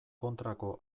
kontrako